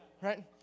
right